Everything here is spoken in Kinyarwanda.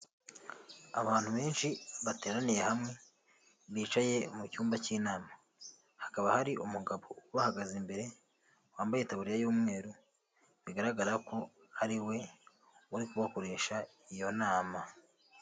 Abantu benshi bateraniye hamwe bicaye mu cyumba cy'inama, hakaba hari umugabo ubahagaze imbere wambaye itaburiya y'umweru bigaragara ko ari we uri kubakoresha iyo nama.